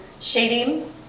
shading